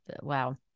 Wow